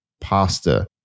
Pasta